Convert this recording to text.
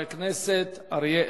חבר הכנסת אריה אלדד.